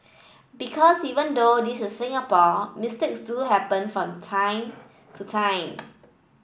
because even though this is Singapore mistakes do happen from time to time